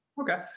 Okay